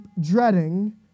dreading